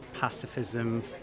pacifism